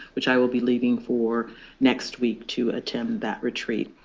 which i will be leaving for next week to attend that retreat.